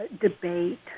debate